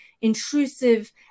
intrusive